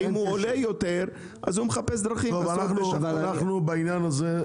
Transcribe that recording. אם הוא עולה יותר הוא מחפש דרכים --- בעניין הזה,